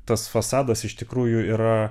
tas fasadas iš tikrųjų yra